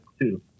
Two